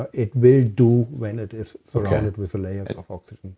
ah it will do when it is surrounded with the layers of oxygen